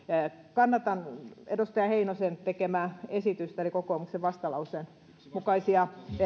kannatan edustaja heinosen tekemää esitystä eli kokoomuksen vastalauseen mukaisia